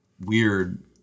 weird